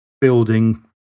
building